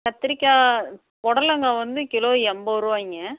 கத்திரிக்காய் பொடலங்காய் வந்து கிலோ எண்பது ரூவாய்ங்க